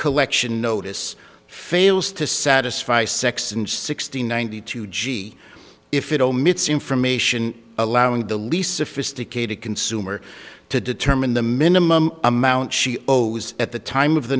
collection notice fails to satisfy sex and sixty ninety two g if it omits information allowing the least sophisticated consumer to determine the minimum amount she owes at the time of the